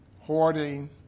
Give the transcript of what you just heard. Hoarding